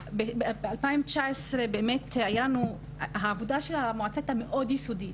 ב-2019 העבודה של המועצה הייתה מאוד יסודית.